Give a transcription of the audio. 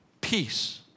peace